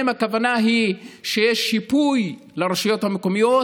האם הכוונה היא שיש שיפוי לרשויות המקומיות?